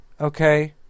Okay